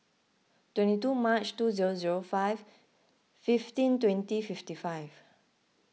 twenty two March two zero zero five fifteen twenty fifty five